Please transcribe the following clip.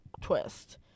twist